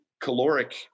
caloric